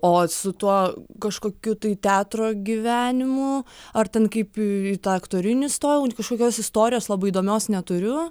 o su tuo kažkokiu tai teatro gyvenimu ar ten kaip į tą aktorinį stojau kažkokios istorijos labai įdomios neturiu